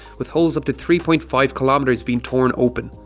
with holes up to three point five kilometres being torn open.